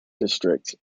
district